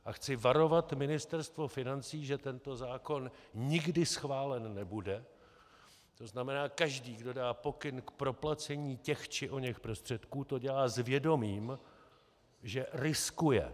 A chci varovat Ministerstvo financí, že tento zákon nikdy schválen nebude, tzn. každý, kdo dá pokyn k proplacení těch či oněch prostředků, to dělá s vědomím, že riskuje.